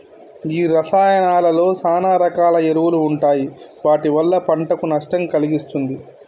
గీ రసాయానాలలో సాన రకాల ఎరువులు ఉంటాయి వాటి వల్ల పంటకు నష్టం కలిగిస్తుంది